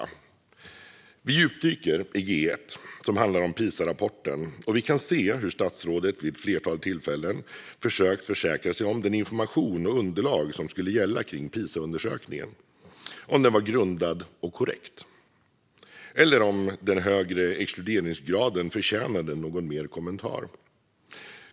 Om vi djupdyker i G1, som handlar om Pisarapporten, kan vi se hur statsrådet vid ett flertal tillfällen försökt att försäkra sig om att den information och det underlag som skulle gälla kring Pisaundersökningen var grundade och korrekta eller om den högre exkluderingsgraden förtjänade någon mer kommentar.